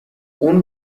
اون